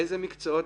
איזה מקצועות,